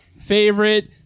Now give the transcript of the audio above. favorite